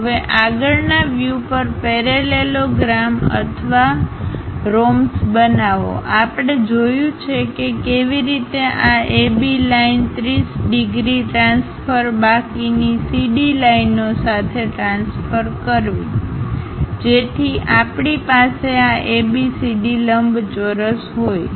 હવે આગળના વ્યૂ પર પેરેલેલોગ્રામ અથવા રોમ્બ્સ બનાવો આપણે જોયું છે કે કેવી રીતે આ AB લાઇન 30 ડિગ્રી ટ્રાન્સફર બાકીની CD લાઈનો સાથે ટ્રાન્સફર કરવી જેથી આપણી પાસે આ ABCD લંબચોરસ હોય